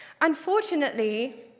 Unfortunately